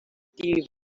die